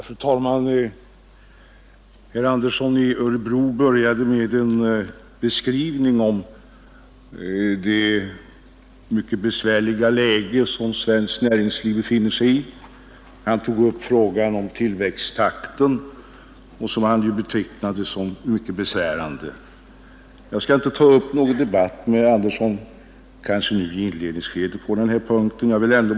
Fru talman! Herr Andersson i Örebro började med en beskrivning av det mycket besvärliga läge som svenskt näringsliv befinner sig i. Han tog upp frågan om tillväxttakten som han betecknade som ett problem som är mycket besvärande. Jag skall inte ta upp någon diskussion med herr Andersson på denna punkt just nu.